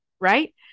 right